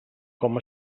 com